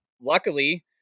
Luckily